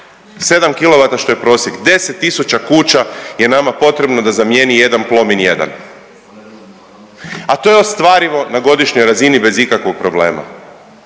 što je prosjek, 10000 kuća je nama potrebno da zamijeni jedan Plomin1 a to je ostvarivo na godišnjoj razini bez ikakvog problema.